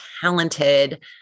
talented